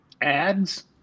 ads